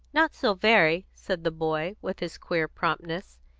not so very, said the boy, with his queer promptness.